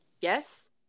Yes